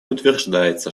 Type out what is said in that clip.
утверждается